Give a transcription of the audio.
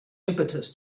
impetus